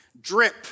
drip